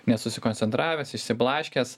nesusikoncentravęs išsiblaškęs